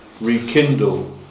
rekindle